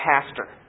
pastor